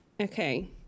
Okay